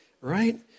right